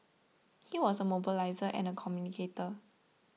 he was a mobiliser and a communicator